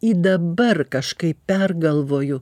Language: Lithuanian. į dabar kažkaip pergalvoju